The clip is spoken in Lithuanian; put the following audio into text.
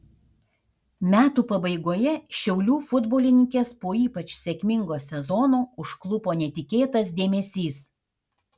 metų pabaigoje šiaulių futbolininkes po ypač sėkmingo sezono užklupo netikėtas dėmesys